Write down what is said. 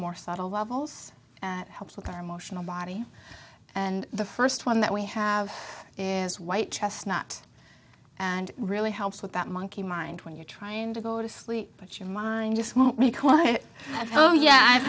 more subtle levels and helps with our emotional body and the first one that we have is white chestnut and really helps with that monkey mind when you're trying to go to sleep but your mind just won't be quiet at home yeah i've